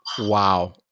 Wow